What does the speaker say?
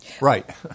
Right